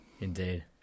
Indeed